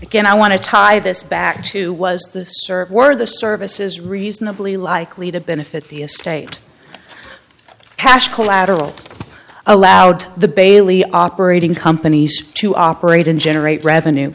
again i want to tie this back to was the serve were the services reasonably likely to benefit the estate cash collateral allowed the bally operating companies to operate and generate revenue